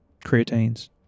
creatines